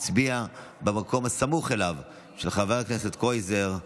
הצביע במקום הסמוך אליו, של חבר הכנסת קרויזר,